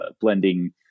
blending